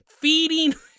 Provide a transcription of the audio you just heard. feeding